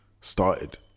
started